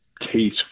case